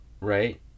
Right